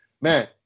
man